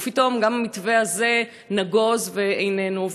פתאום גם המתווה הזה נגוז ואיננו.